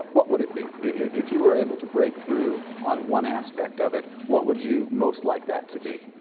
what would it be? if you were able to break through on one aspect of it, what would you most like that to be?